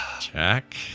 Jack